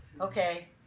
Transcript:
okay